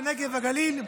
הנגב והגליל.